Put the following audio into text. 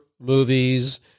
movies